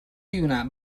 lluna